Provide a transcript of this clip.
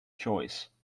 choice